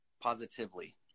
Positively